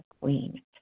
queen